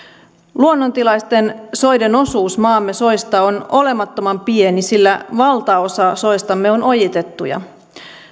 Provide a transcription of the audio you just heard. luonnontilaisten soiden osuus maamme soista on olemattoman pieni sillä valtaosa soistamme on ojitettuja